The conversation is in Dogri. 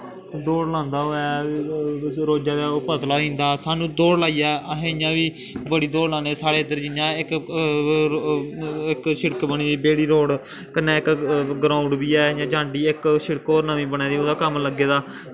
दौड़ लांदा होऐ रोजा दा ओह् पतला होई जंदा सानूं दौड़ लाइयै असें इ'यां बी बड़ी दौड़ लान्ने साढ़ै इद्धर जियां इक इक शिड़क बनी दी बेड़ी रोड़ कन्नै इक ग्राउंड बी ऐ हा जांडी इक शिड़क होर नमीं बना दी ओह्दा कम्म लग्गे दा